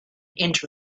inch